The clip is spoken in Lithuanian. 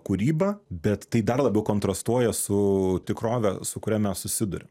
kūryba bet tai dar labiau kontrastuoja su tikrove su kuria mes susiduriam